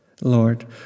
Lord